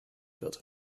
wird